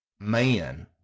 man